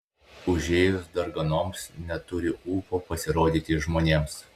užėjus darganoms neturi ūpo pasirodyti žmonėms